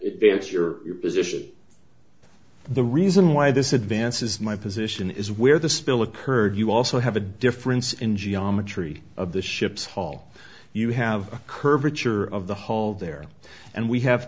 position the reason why this advances my position is where the spill occurred you also have a difference in geometry of the ship's hall you have a curvature of the hall there and we have